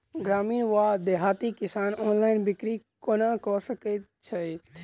ग्रामीण वा देहाती किसान ऑनलाइन बिक्री कोना कऽ सकै छैथि?